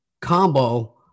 combo